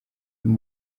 uyu